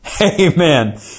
amen